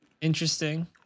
Interesting